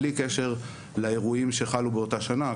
בלי קשר לאירועים שחלו באותה שנה,